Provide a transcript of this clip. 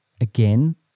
Again